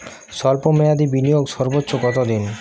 স্বল্প মেয়াদি বিনিয়োগ সর্বোচ্চ কত দিন?